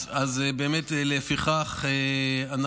אז באמת לפיכך אנחנו,